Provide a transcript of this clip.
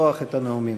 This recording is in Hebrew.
לפתוח את הנאומים.